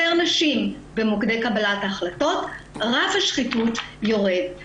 יותר נשים במוקדי קבלת ההחלטות רף השחיתות יורד.